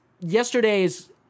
yesterday's